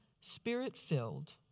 spirit-filled